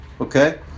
okay